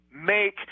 Make